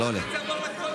למה?